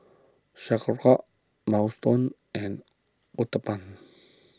Minestrone and Uthapam